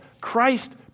Christ